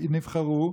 שנבחרו,